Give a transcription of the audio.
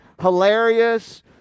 hilarious